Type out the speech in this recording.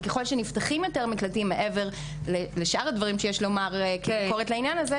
כי ככל שנפתחים יותר מקלטים מעבר לשאר הדברים שיש ביקורת לעניין,